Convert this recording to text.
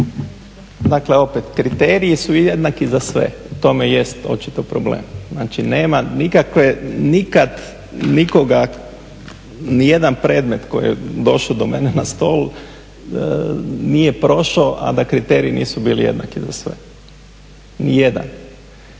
Dakle, opet, kriteriji su jednaki za sve. U tome i jest očito problem, znači nema nikakve, nikad, nikoga, ni jedan predmet koji je došao do mene na stol nije prošao, a da kriteriji nisu bili jednaki za sve, ni jedan.